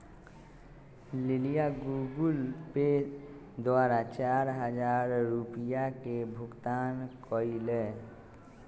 लिलीया Google Pay द्वारा चार हजार रुपिया के भुगतान कई लय